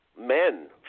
men